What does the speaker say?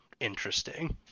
interesting